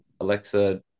Alexa